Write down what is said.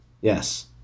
Yes